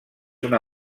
una